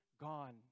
gone